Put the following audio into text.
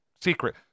secret-